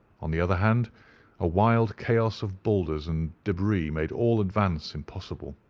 on the other hand a wild chaos of boulders and debris made all advance impossible.